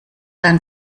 ein